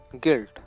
Guilt